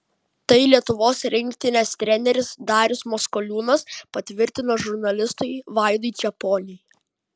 tai lietuvos rinktinės treneris darius maskoliūnas patvirtino žurnalistui vaidui čeponiui